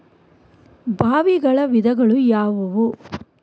ಬಾವಿಗಳ ವಿಧಗಳು ಯಾವುವು?